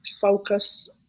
focus